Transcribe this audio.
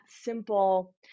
simple